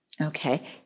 okay